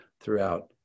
throughout